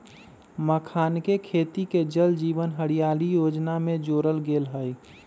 मखानके खेती के जल जीवन हरियाली जोजना में जोरल गेल हई